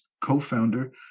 co-founder